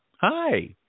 Hi